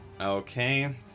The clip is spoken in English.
okay